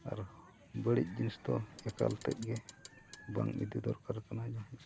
ᱟᱨ ᱵᱟᱹᱲᱤᱡ ᱡᱤᱱᱤᱥ ᱫᱚ ᱮᱠᱟᱞᱛᱮᱫ ᱜᱮ ᱵᱟᱝ ᱤᱫᱤ ᱫᱚᱨᱠᱟᱨ ᱠᱟᱱᱟ ᱡᱟᱦᱟᱸ